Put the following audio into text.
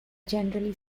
generally